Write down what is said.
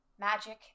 magic